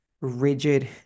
Rigid